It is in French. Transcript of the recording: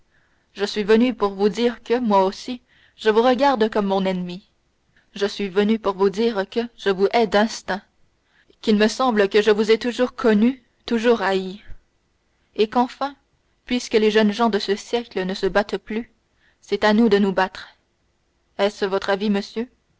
je suis venu pour vous dire que moi aussi je vous regarde comme mon ennemi je suis venu pour vous dire que je vous hais d'instinct qu'il me semble que je vous ai toujours connu toujours haï et qu'enfin puisque les jeunes gens de ce siècle ne se battent plus c'est à nous de nous battre est-ce votre avis monsieur